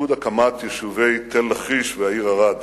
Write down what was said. ובייחוד הקמת יישובי חבל-לכיש והעיר ערד.